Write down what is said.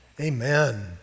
Amen